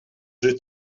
sus